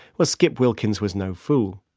well skip wilkins was no fool.